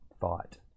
thought